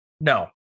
no